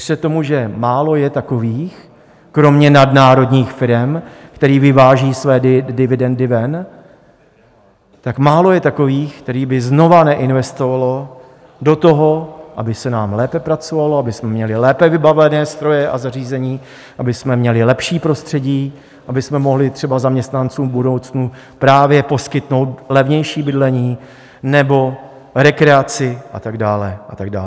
Věřte tomu, že málo je takových, kromě nadnárodních firem, které vyvážejí své dividendy ven, tak málo je takových, které by znovu neinvestovaly do toho, aby se nám lépe pracovalo, abychom měli lépe vybavené stroje a zařízení, abychom měli lepší prostředí, abychom mohli třeba zaměstnancům v budoucnu právě poskytnout levnější bydlení nebo rekreaci a tak dále a tak dále.